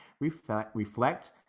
reflect